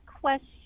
question